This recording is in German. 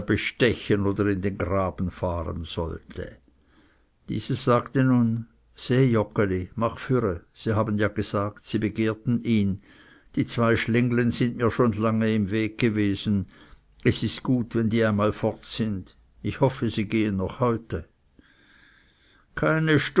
bestechen oder in den graben fahren sollte diese sagte nun seh joggeli mach füre sie haben ja gesagt sie begehrten ihn die zwei schlinglen sind mir schon lange im weg gewesen es ist gut wenn die einmal fort sind ich hoffe sie gehen noch heute keine